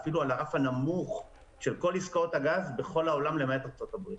אפילו על הרף הנמוך של כל עסקאות הגז בכל העולם למעט ארצות הברית,